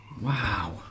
Wow